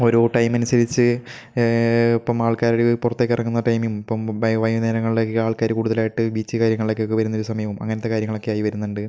ഓരോ ടൈം അനുസരിച്ച് ഇപ്പം ആൾക്കാർ പുറത്തേക്കിറങ്ങുന്ന ടൈമും ഇപ്പം വൈ വൈകുന്നേരങ്ങളിലൊക്കെ ആൾക്കാർ കൂടുതലായിട്ട് ബീച്ച് കാര്യങ്ങളിലേക്ക് ഒക്കെ വരുന്ന ഒരു സമയവും അങ്ങനത്തെ കാര്യങ്ങളൊക്കെ ആയി വരുന്നുണ്ട്